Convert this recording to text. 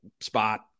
spot